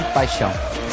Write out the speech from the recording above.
paixão